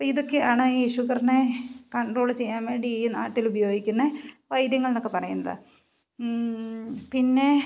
ഇതൊക്കെയാണ് ഈ ഷുഗറിനെ കൺട്രോള് ചെയ്യാൻ വേണ്ടി ഈ നാട്ടിൽ ഉപയോയിക്കുന്ന വൈദ്യങ്ങൾ എന്നൊക്ക പറയുന്നത് പിന്നെ